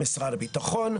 משרד הביטחון,